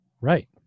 Right